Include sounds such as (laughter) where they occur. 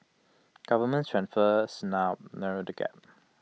government transfers (unintelligible) narrow the gap